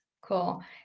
Cool